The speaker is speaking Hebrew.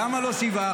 למה לא שבעה?